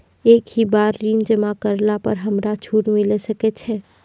एक ही बार ऋण जमा करला पर हमरा छूट मिले सकय छै?